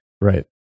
Right